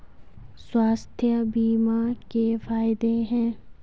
स्वास्थ्य बीमा के फायदे हैं?